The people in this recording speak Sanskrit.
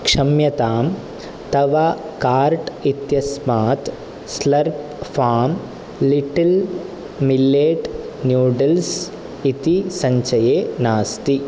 क्षम्यताम् तव कार्ट् इत्यस्मात् Slurrp Farm little millet noodles इति सञ्चये नास्ति